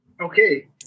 Okay